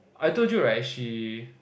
I told you right she